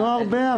לא הרבה.